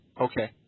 Okay